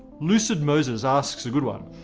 lucid moses asks a good one.